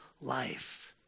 life